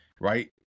right